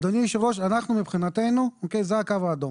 אדוני יושב הראש, אנחנו מבחינתנו זה הקו האדום.